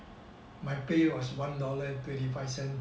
my pay was one dollar and twenty five cents